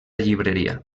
llibreria